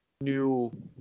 new